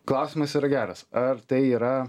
klausimas yra geras ar tai yra